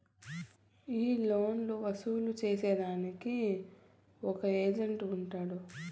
ఈ లోన్లు వసూలు సేసేదానికి ఒక ఏజెంట్ ఉంటాడు